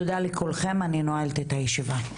תודה לכולם, אני נועלת את הישיבה.